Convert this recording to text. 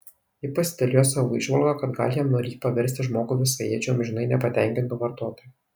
ji pasidalijo savo įžvalga kad gal jie norį paversti žmogų visaėdžiu amžinai nepatenkintu vartotoju